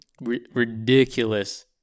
ridiculous